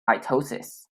mitosis